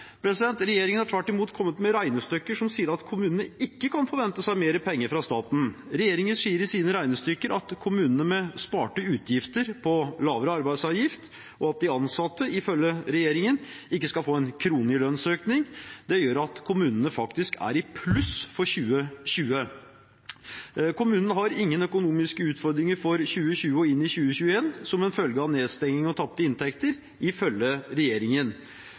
Regjeringen har tvert imot kommet med regnestykker som sier at kommunene ikke kan forvente seg mer penger fra staten. Regjeringen sier i sine regnestykker at sparte utgifter med lavere arbeidsgiveravgift og det at de ansatte, ifølge regjeringen, ikke skal få en krone i lønnsøkning, gjør at kommunene faktisk er i pluss for 2020. Kommunene har ingen økonomiske utfordringer for 2020 og inn i 2021 som følge av nedstenging og tapte inntekter, ifølge regjeringen.